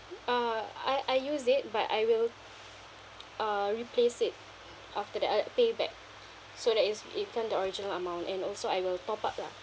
uh I I use it but I will uh replace it after that uh pay back so that it's returned the original amount and also I will top up lah